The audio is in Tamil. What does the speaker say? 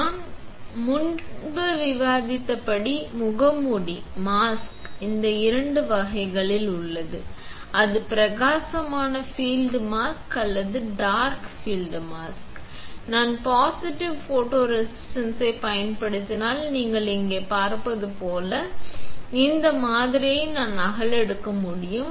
நாம் முன்பு விவாதித்தபடி முகமூடி மாஸ்க் இரண்டு வகைகளில் உள்ளது அது பிரகாசமான ஃபீல்ட் மாஸ்க் அல்லது டார்க் ஃபீல்ட் மாஸ்க் நான் பாசிட்டிவ் போட்டோரெசிஸ்ட்டைப் பயன்படுத்தினால் நீங்கள் இங்கே பார்ப்பது போல் இந்த மாதிரியை நான் நகலெடுக்க முடியும்